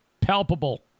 Palpable